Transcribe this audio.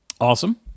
Awesome